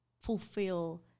fulfill